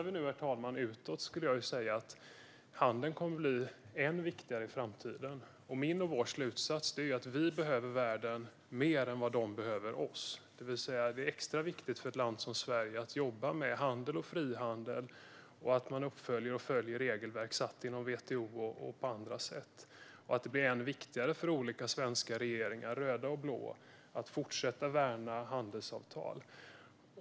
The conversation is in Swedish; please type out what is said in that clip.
Om vi nu tittar utåt skulle jag säga att handeln kommer att bli ännu viktigare i framtiden. Min och vår slutsats är att vi behöver världen mer än vad den behöver oss, det vill säga det är extra viktigt för ett land som Sverige att jobba med handel och frihandel och att följa och följa upp regelverk som är satta till exempel inom WTO. Att värna handelsavtal blir ännu viktigare för svenska regeringar, vare sig de är röda eller blå.